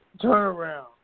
Turnaround